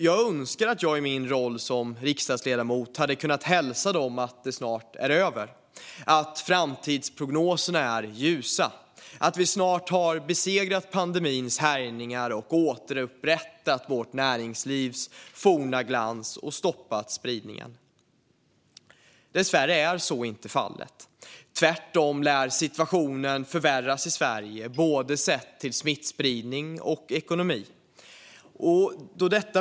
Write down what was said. Jag önskar att jag i min roll som riksdagsledamot hade kunnat hälsa dem att det snart är över, att framtidsprognoserna är ljusa, att vi snart har besegrat pandemins härjningar och återupprättat vårt näringslivs forna glans och att vi har stoppat spridningen. Dessvärre är så inte fallet. Tvärtom lär situationen förvärras i Sverige både sett till smittspridning och ekonomi.